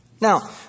Now